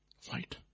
Fight